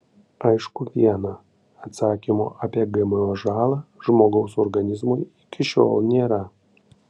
aišku viena atsakymo apie gmo žalą žmogaus organizmui iki šiol nėra